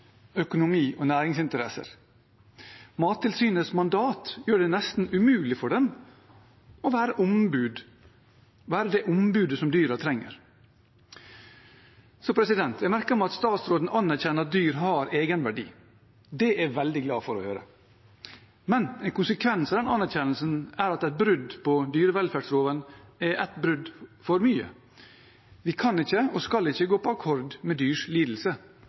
økonomi og næringsinteresser. Mattilsynets mandat gjør det nesten umulig for dem å være det ombudet som dyrene trenger. Jeg merker meg at statsråden anerkjenner at dyr har egenverdi. Det er jeg veldig glad for å høre. Men en konsekvens av den anerkjennelsen er at et brudd på dyrevelferdsloven er ett brudd for mye. Vi kan ikke og skal ikke gå på akkord når det gjelder dyrs lidelse.